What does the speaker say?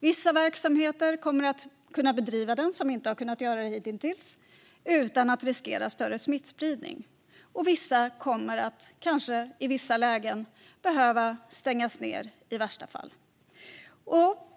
Vissa verksamheter som hittills inte har kunnat bedrivas kommer att kunna bedrivas utan att riskera större smittspridning, och vissa kommer kanske att i värsta fall behöva stängas ned i vissa lägen.